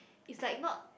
it's like not